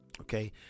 Okay